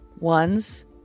ones